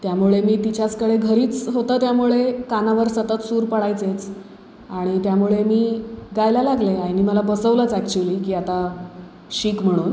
त्यामुळे मी तिच्याचकडे घरीच होतं त्यामुळे कानावर सतत सूर पडायचेच आणि त्यामुळे मी गायला लागले आईने मला बसवलंच ॲक्च्युली की आता शिक म्हणून